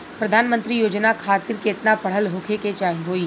प्रधानमंत्री योजना खातिर केतना पढ़ल होखे के होई?